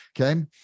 Okay